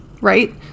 right